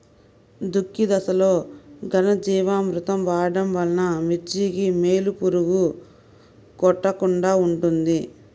దుక్కి దశలో ఘనజీవామృతం వాడటం వలన మిర్చికి వేలు పురుగు కొట్టకుండా ఉంటుంది?